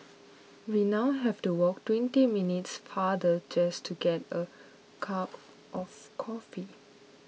we now have to walk twenty minutes farther just to get a cup of coffee